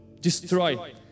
destroy